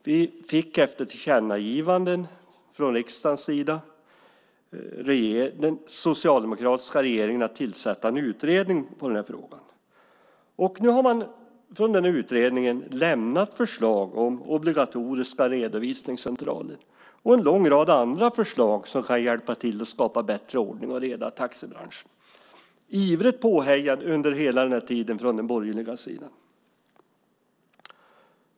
Vi fick efter tillkännagivanden från riksdagens sida den socialdemokratiska regeringen att tillsätta en utredning i frågan. Nu har man från utredningen lämnat förslag om obligatoriska redovisningscentraler och en lång rad andra förslag som kan hjälpa till att skapa bättre ordning och reda i taxibranschen. Det har hela tiden skett under ivrigt påhejande från den borgerliga sidan.